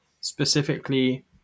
specifically